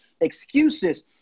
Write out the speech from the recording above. Excuses